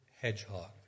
hedgehog